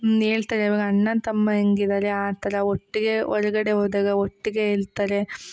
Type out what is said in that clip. ಹೇಳ್ತಾರೆ ಇವಾಗ ಅಣ್ಣ ತಮ್ಮ ಹೆಂಗ್ ಇದ್ದಾರೆ ಆ ಥರ ಒಟ್ಟಿಗೆ ಹೊಲ್ಗಡೆ ಹೋದಾಗ ಒಟ್ಟಿಗೆ ಇರ್ತಾರೆ